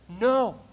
No